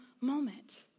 moment